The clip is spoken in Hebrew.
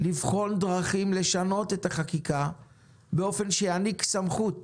לבחון דרכים לשנות את החקיקה באופן שיעניק סמכות